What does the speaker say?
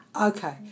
Okay